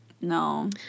No